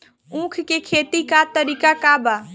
उख के खेती का तरीका का बा?